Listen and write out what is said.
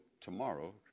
tomorrow